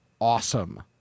awesome